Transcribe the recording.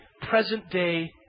present-day